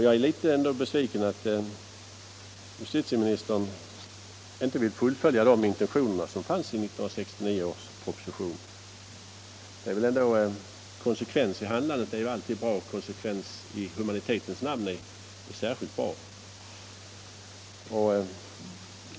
Jag är litet besviken över att justitieministern inte vill fullfölja de intentioner som fanns i 1969 års proposition. Konsekvens i handlandet är alltid bra, konsekvens i hu manitetens namn är särskilt bra.